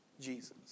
Jesus